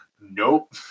Nope